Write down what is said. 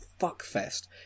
fuckfest